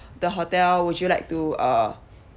the hotel would you like to uh